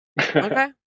okay